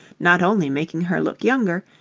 not only making her look younger,